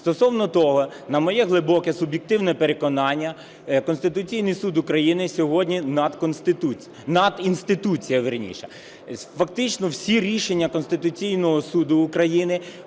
Стосовно того, на моє глибоке суб'єктивне переконання, Конституційний Суд України сьогодні – надінституція. Фактично всі рішення Конституційного Суду України,